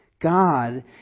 God